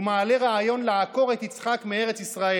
ומעלה רעיון לעקור את יצחק מארץ ישראל.